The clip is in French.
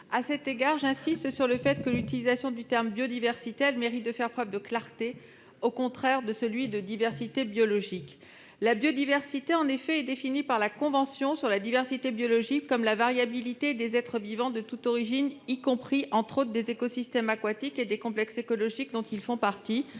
À cet égard, l'utilisation du terme « biodiversité » a le mérite de faire preuve de clarté, au contraire de celui de « diversité biologique ». La biodiversité est définie par la Convention sur la diversité biologique comme « la variabilité des êtres vivants de toute origine y compris, entre autres, les écosystèmes aquatiques et les complexes écologiques dont ils font partie